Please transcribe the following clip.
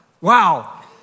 Wow